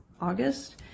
August